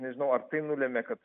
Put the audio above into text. nežinau ar tai nulėmė kad